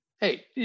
Hey